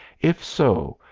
if so,